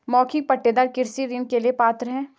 मौखिक पट्टेदार कृषि ऋण के लिए पात्र हैं